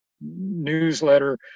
Newsletter